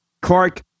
Clark